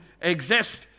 exist